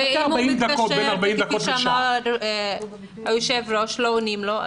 ואם הוא מתקשר וכפי שאמר היושב-ראש לא עונים לו?